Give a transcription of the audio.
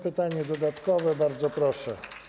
Pytanie dodatkowe, bardzo proszę.